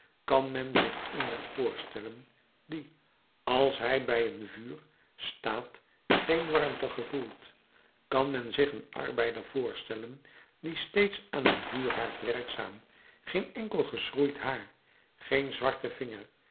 kan men zich iemand voorstellen die als hij bij een vuur staat geen warmte gevoelt kan men zich een arbeider voorstellen die steeds aan een vuurhaard werkzaam geen enkel geschroeid haar geen zwarten vinger